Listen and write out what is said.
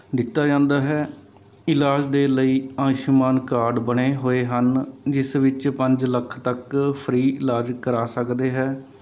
ਦਿੱਤਾ ਜਾਂਦਾ ਹੈ ਇਲਾਜ ਦੇ ਲਈ ਆਯੂਸ਼ਮਾਨ ਕਾਰਡ ਬਣੇ ਹੋਏ ਹਨ ਜਿਸ ਵਿੱਚ ਪੰਜ ਲੱਖ ਤੱਕ ਫਰੀ ਇਲਾਜ ਕਰਾ ਸਕਦੇ ਹੈ